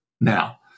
Now